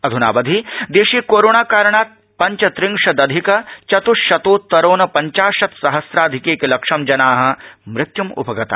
अध्नावधि ोशे कोरोणा कारणात् पञ्चत्रिंश धिक चत्शतोत्तरोन पञ्चाशत् सहस्राधिक्क लक्षं जना मृत्युम् उपगता